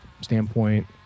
standpoint